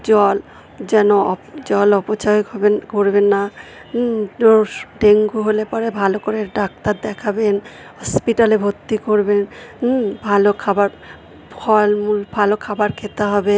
জল যেন জল অপচয় হবেন করবেন না ডেঙ্গু হলে পরে ভালো করে ডাক্তার দেখাবেন হসপিটালে ভর্তি করবেন ভালো খাবার ফল মূল ভালো খাবার খেতে হবে